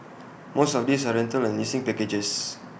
most of these are rental and leasing packages